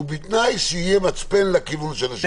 ובתנאי שיהיה מצפן לכיוון של שיקול הדעת.